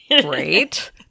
great